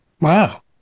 Wow